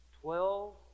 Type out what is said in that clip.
Twelve